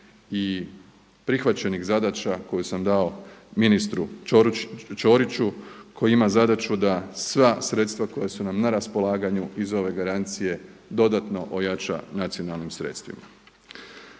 i prihvaćenih zadaća koju sam dao ministru Ćoriću koji ima zadaću da sva sredstva koja su nam na raspolaganju iz ove garancije dodatno ojača nacionalnim sredstvima.